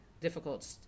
difficult